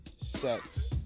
Sex